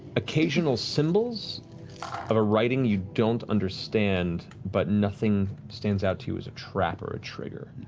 occasional symbols of a writing you don't understand, but nothing stands out to you as a trap or a trigger.